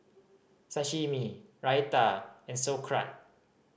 Sashimi Raita and Sauerkraut